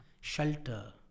shelter